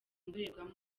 ndorerwamo